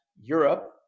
Europe